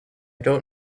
don’t